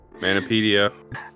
Manipedia